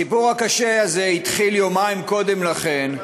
הסיפור הקשה הזה התחיל יומיים קודם לכן,